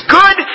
good